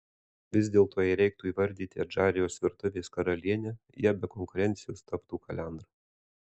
vis dėlto jei reikėtų įvardyti adžarijos virtuvės karalienę ja be konkurencijos taptų kalendra